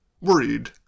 Worried